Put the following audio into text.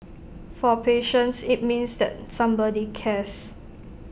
for patients IT means that somebody cares